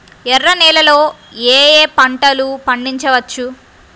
ఎర్ర నేలలలో ఏయే పంటలు పండించవచ్చు?